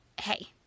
hey